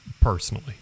personally